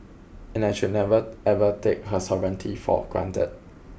and I should never ever take her sovereignty for granted